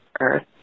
Earth